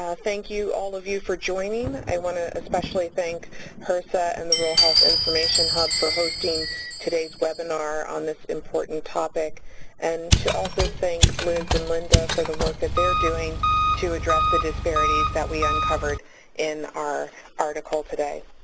thank you, all of you, for joining. i want to especially thank hrsa and the rural health information hub for hosting today's webinar on this important topic and to also thank liz and linda for the work that they're doing to address the disparities that we uncovered in our article today.